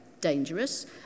dangerous